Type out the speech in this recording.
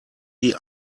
die